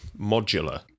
modular